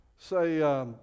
say